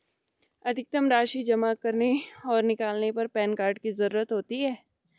अधिकतम कितनी राशि जमा करने और निकालने पर पैन कार्ड की ज़रूरत होती है?